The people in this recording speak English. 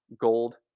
gold